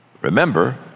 Remember